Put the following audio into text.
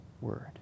word